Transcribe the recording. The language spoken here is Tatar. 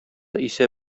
исә